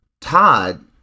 Todd